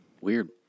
Weird